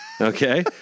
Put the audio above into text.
Okay